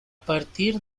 partir